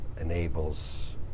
enables